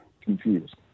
confused